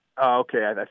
Okay